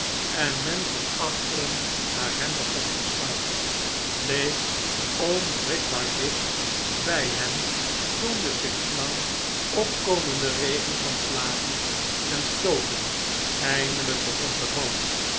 en men van achteren naar hem begon te slaan bleef onwrikbaar dicht bjj hem toen de sinds lang opkomende regen van slagen en stooten eindelijk begon te vallen